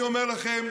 אני אומר לכם,